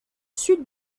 sud